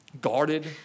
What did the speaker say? guarded